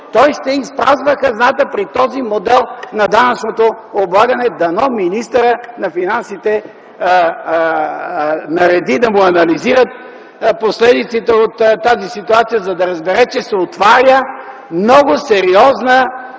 той ще изпразва хазната при този модел на данъчното облагане. Дано министърът на финансите нареди да му анализират последиците от тази ситуация, за да разбере, че се отваря много сериозна